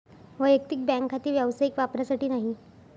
वैयक्तिक बँक खाते व्यावसायिक वापरासाठी नाही